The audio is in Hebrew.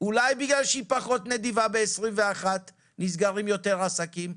אולי בגלל שהיא פחות נדיבה ב-2021 נסגרו יותר עסקים?